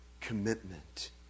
commitment